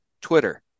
Twitter